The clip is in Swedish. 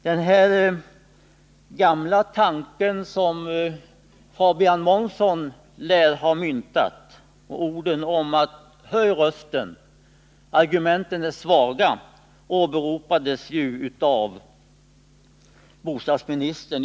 Det gamla talesättet att man får höja rösten när argumenten är svaga, som Fabian Månsson lär ha myntat, åberopades av bostadsministern.